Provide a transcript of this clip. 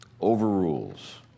overrules